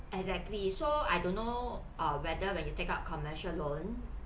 exactly so I don't know err whether when you take out commercial loan